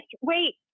wait